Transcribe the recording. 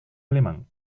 alemán